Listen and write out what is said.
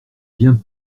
vient